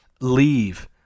leave